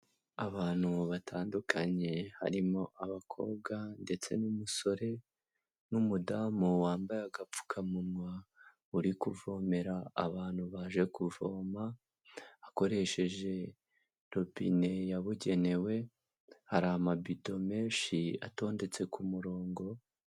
Abantu batandukanye harimo abakobwa ndetse n'umusore n'umudamu wambaye agapfukamunwa uri kuvomera abantu baje kuvoma akoresheje robine yabugenewe, hari amabido menshi atondetse ku murongo.